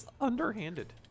underhanded